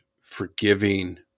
forgiving